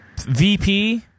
VP